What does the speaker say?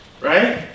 right